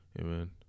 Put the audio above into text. Amen